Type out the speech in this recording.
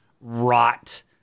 rot